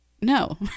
no